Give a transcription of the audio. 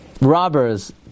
robbers